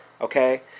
Okay